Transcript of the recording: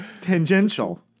Tangential